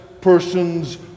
persons